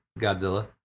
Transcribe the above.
Godzilla